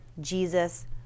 Jesus